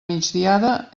migdiada